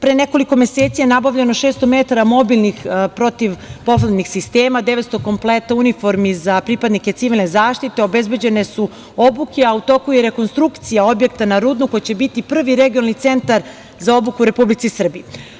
Pre nekoliko meseci je nabavljeno 600 metara mobilnih protivpoplavnih sistema, 900 kompleta uniformi za pripadnike civilne zaštite, obezbeđene su obuke, a u toku je i rekonstrukcija objekta na Rudnu, koji će biti prvi regionalni centar za obuku u Republici Srbiji.